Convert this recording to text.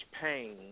pain